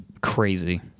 Crazy